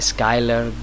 Skyler